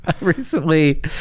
recently